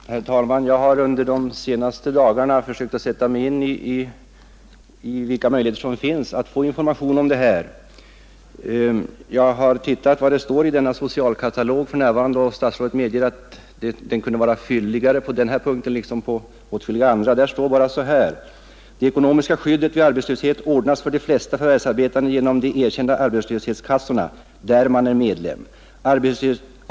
Herr talman! Jag har under de senaste dagarna försökt sätta mig in i vilka möjligheter som finns att få information på det här området. Jag har sett efter vad det står i socialkatalogen, och statsrådet medger att informationen där kunde vara fylligare på denna punkt liksom på åtskilliga andra. Där står bara: ”Det ekonomiska skyddet vid arbetslöshet ordnas för de flesta förvärvsarbetande genom den erkända arbetslöshetskassan där man är medlem.